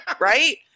Right